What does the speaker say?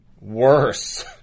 worse